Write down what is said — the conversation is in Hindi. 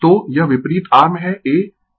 तो यह विपरीत आर्म है a